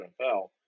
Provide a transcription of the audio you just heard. NFL